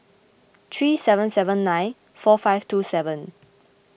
three seven seven nine four five two seven